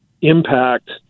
impact